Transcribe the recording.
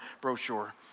brochure